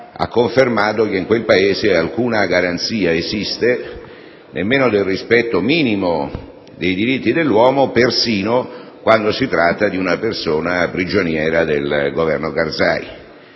ha confermato che in quel Paese nessuna garanzia esiste, nemmeno del rispetto minimo dei diritti dell'uomo, persino quando si tratta di una persona prigioniera del Governo Karzai.